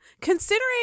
considering